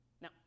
Now